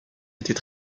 était